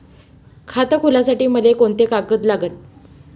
खात खोलासाठी मले कोंते कागद लागन?